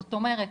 זאת אומרת,